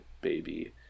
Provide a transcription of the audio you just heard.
baby